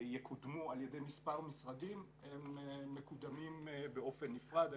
שיקודמו על ידי מספר משרדים הם מקודמים באופן נפרד.